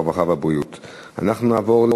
הרווחה והבריאות נתקבלה.